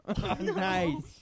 Nice